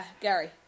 Gary